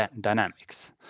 Dynamics